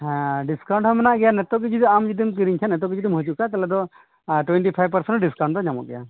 ᱦᱮᱸ ᱰᱤᱥᱠᱟᱣᱩᱱᱴ ᱦᱚᱸ ᱢᱮᱱᱟᱜ ᱜᱮᱭᱟ ᱱᱤᱛᱚᱜ ᱜᱮ ᱡᱩᱫᱤ ᱟᱢ ᱡᱩᱫᱤᱢ ᱠᱤᱨᱤᱧ ᱠᱷᱟᱱ ᱱᱤᱛᱚᱜ ᱜᱮ ᱡᱩᱫᱤᱢ ᱦᱤᱡᱩᱜ ᱠᱷᱟᱱ ᱛᱟᱦᱚᱞᱮ ᱫᱚ ᱴᱩᱭᱮᱱᱴᱤ ᱯᱷᱟᱭᱤᱵᱷ ᱯᱟᱨᱥᱮᱱ ᱰᱤᱥᱠᱟᱣᱩᱱᱴ ᱫᱚ ᱧᱟᱢᱚᱜ ᱜᱮᱭᱟ